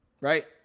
right